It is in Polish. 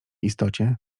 istocie